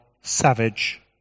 savage